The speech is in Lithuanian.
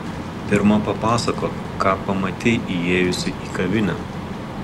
pirma papasakok ką pamatei įėjusi į kavinę